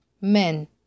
men